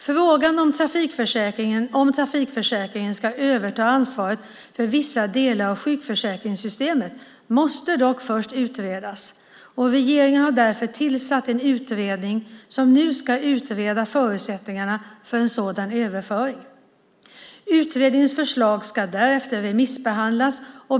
Frågan om huruvida trafikförsäkringen ska överta ansvaret för vissa delar av sjukförsäkringssystemet måste dock först utredas. Regeringen har därför tillsatt den utredning som nu ska utreda förutsättningarna för en sådan överföring. Utredningens förslag ska därefter remissbehandlas.